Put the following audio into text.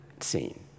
scene